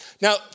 Now